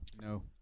No